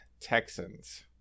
Texans